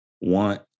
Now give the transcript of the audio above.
want